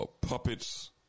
puppets